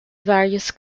various